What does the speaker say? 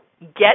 Get